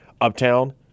uptown